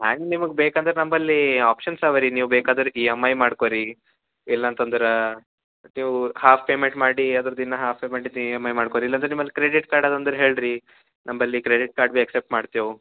ಹಣ ನಿಮ್ಗ ಬೇಕಂದ್ರ ನಂಬಲ್ಲೀ ಆಪ್ಷನ್ಸ್ ಅವ ರೀ ನೀವು ಬೇಕಾದರ ಈ ಎಮ್ ಐ ಮಾಡ್ಕೊ ರೀ ಇಲ್ಲಂತಂದ್ರಾ ನೀವು ಹಾಫ್ ಪೇಮೆಂಟ್ ಮಾಡಿ ಅದ್ರದ್ದು ಇನ್ನ ಹಾಫ್ ಪೇಮೆಂಟಿಂದ ಈ ಎಮ್ ಐ ಮಾಡ್ಕೊ ರೀ ಇಲ್ಲಂದ್ರ ನಿಮ್ಮಲ್ಲಿ ಕ್ರೆಡಿಟ್ ಕಾರ್ಡ್ ಅದ ಅಂದ್ರ ಹೇಳ್ರೀ ನಂಬಲ್ಲಿ ಕ್ರೆಡಿಟ್ ಕಾರ್ಡ್ ಎಕ್ಸೆಪ್ಟ್ ಮಾಡ್ತೀವಿ